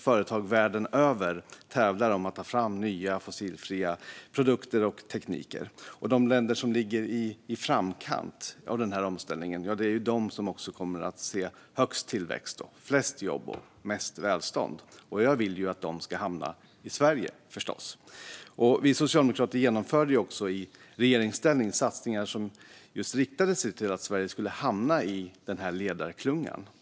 Företag världen över tävlar om att ta fram nya fossilfria produkter och tekniker, och de länder som ligger i framkant av denna omställning är också de som kommer att se högst tillväxt, flest nya jobb och mest välstånd. Jag vill förstås att detta ska hamna i Sverige. Vi socialdemokrater genomförde också i regeringsställning satsningar som syftade till att Sverige skulle hamna i den här ledarklungan.